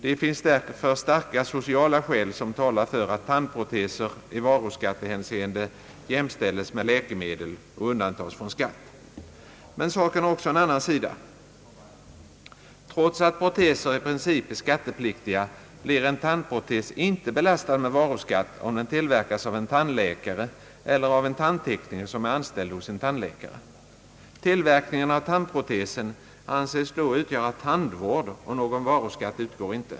Det finns därför starka sociala skäl som talar för att tandproteser i varuskattehänseende jämställes med läkemedel och undantages från skatt. Men saken har också en annan sida. Trots att proteser i princip är skattepliktiga blir en tandprotes inte belastad med varuskatt, om den tillverkas av en tandläkare eller av en tandtekniker som är anställd hos en tandläkare. Tillverkningen av tandprotesen anses då utgöra tandvård, och någon varuskatt utgår inte.